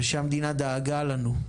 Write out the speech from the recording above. ושהמדינה דאגה לנו,